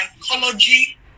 psychology